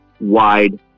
Wide